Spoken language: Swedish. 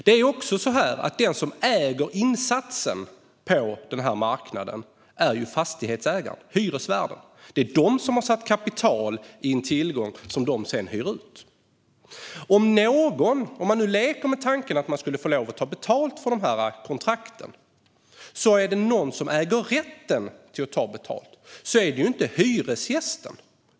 Det är också så att den som äger insatsen på den här marknaden är fastighetsägarna - hyresvärdarna. Det är de som har satt in kapital i en tillgång som de sedan hyr ut. Om vi nu leker med tanken att man skulle få ta betalt för de här kontrakten och tittar på vem som äger rätten att ta betalt ser vi att det inte är hyresgästen.